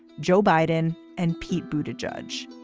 joe biden and pete bhuta judge.